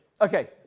Okay